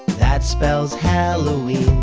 that spells halloween.